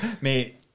Mate